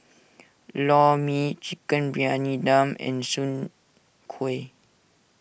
Lor Mee Chicken Briyani Dum and Soon Kway